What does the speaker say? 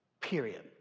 Period